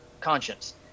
conscience